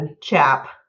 chap